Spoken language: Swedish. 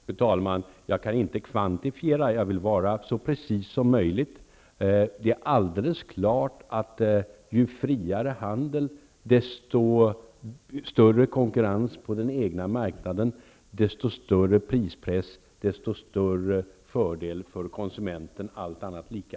Fru talman! Jag kan inte kvantifiera. Men jag skall uttrycka mig så precist som möjligt. Följande står alldeles klart: Ju friare handel, desto större konkurrens på den egna marknaden. Dessutom blir det större prispress och större fördelar för kosumenterna -- allt annat är lika.